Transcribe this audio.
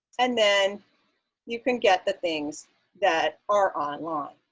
and then you can get the things that are online.